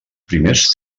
primers